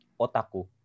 otaku